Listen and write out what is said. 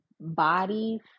bodies